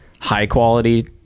high-quality